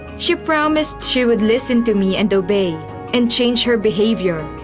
she promised she would listen to me and obey and change her behaviour.